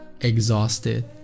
exhausted